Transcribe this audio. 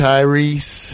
Tyrese